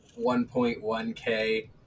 1.1k